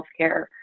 healthcare